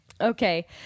Okay